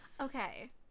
Okay